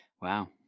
wow